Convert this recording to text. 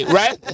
right